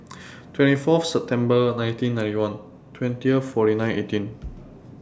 twenty four September nineteen ninety one twenty forty nine eighteen